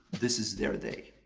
this is their day.